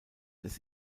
des